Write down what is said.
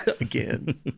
again